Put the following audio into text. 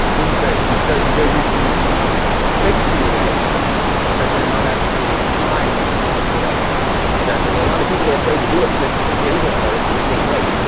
interesting, so you're using this to up click-through rates but they're not actually applying this before checking out, exactly. a lot of people are afraid to do it because amazon sort of sellers, they think, wait,